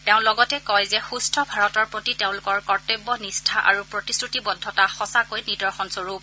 তেওঁ লগতে কয় যে সুখ্ব ভাৰতৰ প্ৰতি তেওঁলোকৰ কৰ্তব্য নিষ্ঠা আৰু প্ৰতিশ্ৰুতিবদ্ধতা সঁচাকৈ নিৰ্দশনস্বৰূপ